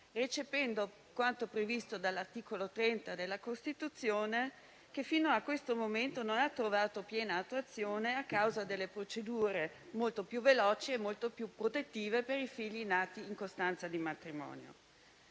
recependo quanto previsto dall'articolo 30 della Costituzione che, fino a questo momento, non ha trovato piena attuazione a causa delle procedure molto più veloci e molto più protettive per i figli nati in costanza di matrimonio.